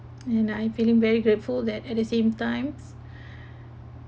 and I am feeling very grateful that at the same times